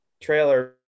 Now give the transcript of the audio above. trailer